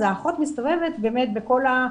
האחות מסתובבת בכל ה-,